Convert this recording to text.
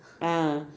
ah